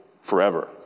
forever